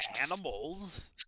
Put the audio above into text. animals